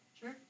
Sure